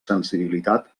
sensibilitat